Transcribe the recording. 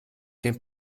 den